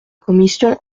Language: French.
commission